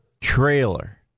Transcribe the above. trailer